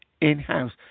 in-house